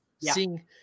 Seeing